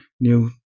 new